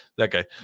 okay